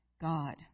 God